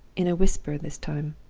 in a whisper this time.